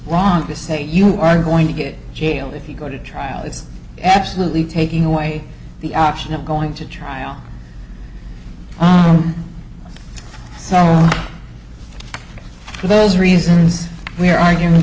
wrong to say you are going to get jailed if you go to trial is absolutely taking away the option of going to trial so for those reasons we're argu